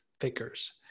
figures